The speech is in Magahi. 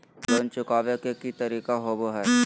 लोन चुकाबे के की तरीका होबो हइ?